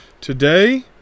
Today